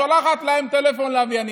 שולחת להם טלפון לווייני.